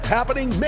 Happening